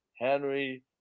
Henry